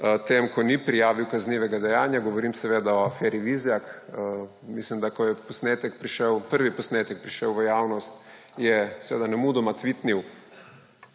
tem, ko ni prijavil kaznivega dejanja. Govorim seveda o aferi Vizjak. Ko je prvi posnetek prišel v javnost, je seveda nemudoma tvitnil,